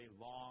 long